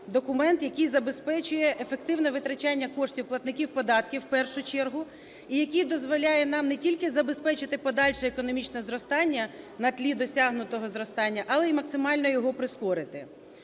документ, який забезпечує ефективне витрачання коштів платників податків в першу чергу і який дозволяє нам не тільки забезпечити подальше економічне зростання на тлі досягнутого зростання, але і максимально його прискорити.